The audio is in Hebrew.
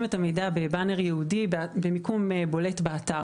את המידע בבאנר ייעודי במיקום בולט באתר.